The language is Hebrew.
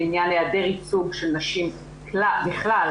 של דירקטורים שפנויים.